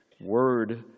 Word